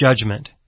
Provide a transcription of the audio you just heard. judgment